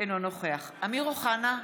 אינו נוכח אמיר אוחנה,